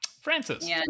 Francis